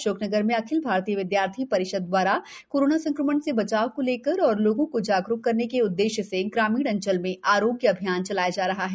अशोकनगर में अखिल भारतीय विद्यार्थी परिषद द्वारा कोरोना संक्रमण से बचाव को लेकर तथा लोगों को जागरूक करने के उद्देश्य से ग्रामीण अंचल में आरोग्य अभियान चलाया जा रहा है